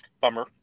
Bummer